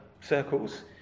circles